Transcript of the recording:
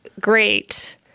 great